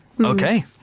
okay